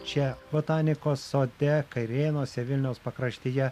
čia botanikos sode kairėnuose vilniaus pakraštyje